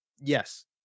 Yes